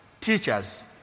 teachers